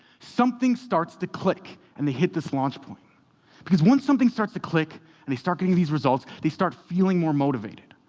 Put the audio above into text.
something starts to click, and they hit this launch point because once something starts to click and they start getting these results, they start feeling more motivated.